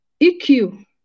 EQ